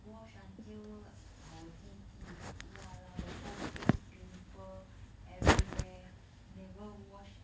wash until our 弟弟 !walao! the whole face pimple everywhere never wash